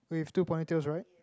with two ponytails right